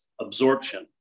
absorption